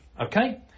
Okay